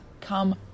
come